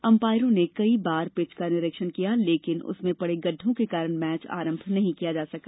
अम्पायरों ने कई बार पिच का निरीक्षण किया लेकिन उसमें पड़े गड़ढ़ों के कारण मैच आरंभ नहीं किया जा सका